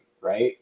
right